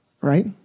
right